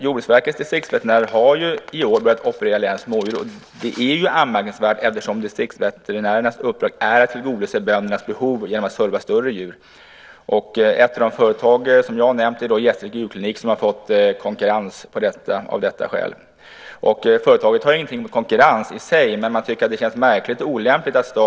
Jordbruksverkets distriktsveterinärer har i år börjat operera länets smådjur, och det är anmärkningsvärt eftersom distriktsveterinärernas uppdrag är att tillgodose böndernas behov genom att behandla större djur. Ett av de företag som jag har nämnt är Gästrike djurklinik, och de har fått konkurrens på detta vis. Distriktsveterinärerna styrs och ägs av statliga Jordbruksverket. Det är viktigt att lägga fast det.